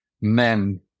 men